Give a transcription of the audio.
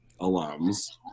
alums